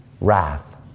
wrath